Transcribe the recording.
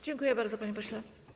Dziękuję bardzo, panie pośle.